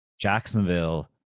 Jacksonville